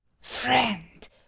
Friend